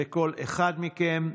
וכל אחד מכם,